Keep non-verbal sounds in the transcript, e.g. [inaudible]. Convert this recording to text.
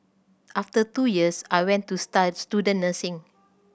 after two years I went to [unintelligible] student nursing